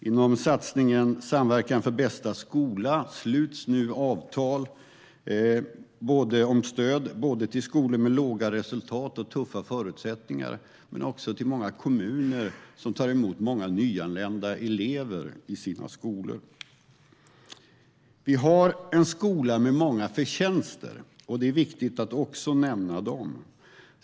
Inom satsningen Samverkan för bästa skola sluts nu avtal om stöd såväl till skolor med låga resultat och tuffa förutsättningar som till kommuner som tar emot många nyanlända elever i sina skolor. Vi har en skola med många förtjänster, och det är viktigt att nämna även dem.